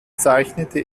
zeichnete